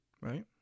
right